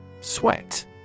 Sweat